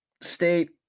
State